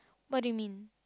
what do you mean